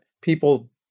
people